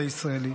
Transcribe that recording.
את הישראלי,